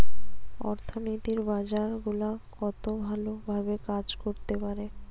অর্থনীতির বাজার গুলা কত ভালো ভাবে কাজ করতে পারে